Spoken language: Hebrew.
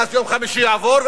ואף יום חמישי יעבור,